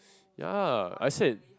ya I said